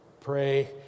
pray